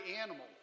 animals